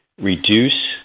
reduce